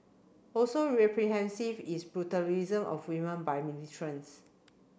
also is brutalisation of women by